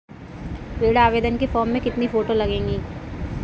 ऋण आवेदन के फॉर्म में कितनी फोटो लगेंगी?